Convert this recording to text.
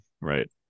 Right